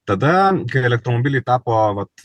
tada kai elektromobiliai tapo vat